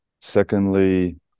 secondly